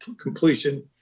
completion